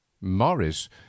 Morris